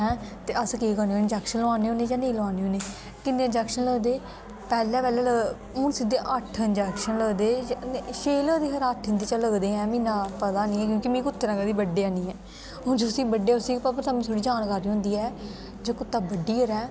है ते अस केह् करने होने इंजैकशन लुआने होन्नें जां नेई लुआने होन्ने किन्ने इजेकंशन लगदे पहले पहले लोक हून सिद्धे अट्ठ इंजेकशन लगदे छे लगदे खोरे अट्ठ इंदे च गै लगदे हैं मिगी इन्ना पता है नी क्योकि मिगी कुत्ते ने कंदे बड्ढेआ है नी ऐ हून जिसी बड्ढेआ उसी गै सब जानकारी होंदी ऐ जेकर कुत्ता बड्ढी ओड़े